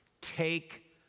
Take